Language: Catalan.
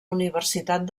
universitat